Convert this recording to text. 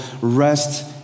rest